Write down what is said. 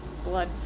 blood